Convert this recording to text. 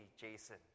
Jason